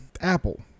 Apple